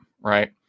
right